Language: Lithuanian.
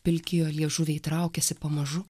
pilki jo liežuviai traukiasi pamažu